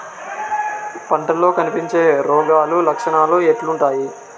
పంటల్లో కనిపించే రోగాలు లక్షణాలు ఎట్లుంటాయి?